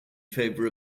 favour